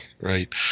right